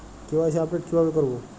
KYC update কিভাবে করবো?